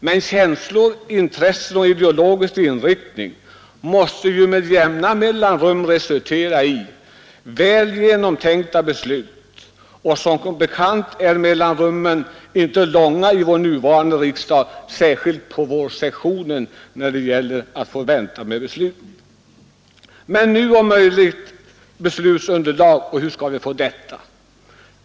Men känslor, intressen och ideologisk inriktning måste ju med jämna mellanrum resultera i väl genomtänkta beslut. Och som bekant är mellanrummen inte långa i vår nuvarande riksdag, särskilt under vårsessionerna, när det gäller att få vänta med beslut. Nu om någonsin behöver vi beslutsunderlag, och hur skall vi få detta?